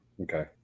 Okay